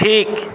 ঠিক